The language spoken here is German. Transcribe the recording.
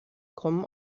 kommen